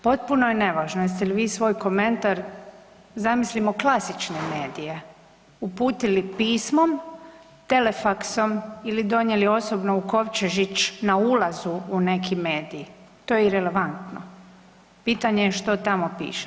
Potpuno je nevažno jeste li vi svoj komentar, zamislimo klasične medije, uputili pismom, telefaksom ili donijeli osobno u kovčežić na ulazu u neki medij to je irelevantno, pitanje je što tamo piše.